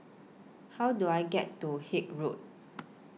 How Do I get to Haig Road